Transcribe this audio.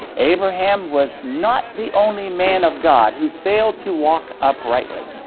abraham was not the only man of god who failed to walk uprightly.